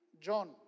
John